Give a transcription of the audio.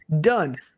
done